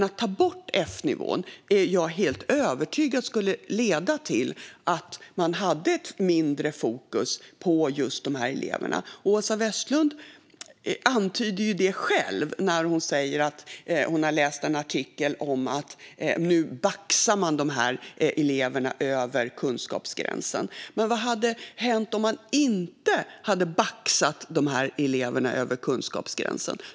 Jag är dock helt övertygad om att det skulle leda till ett mindre fokus på dessa elever om man tog bort F-nivån. Åsa Westlund antyder det själv när hon säger att hon läst en artikel om att man nu baxar eleverna över kunskapsgränsen. Men vad hade hänt om man inte hade baxat dessa elever över kunskapsgränsen?